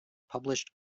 published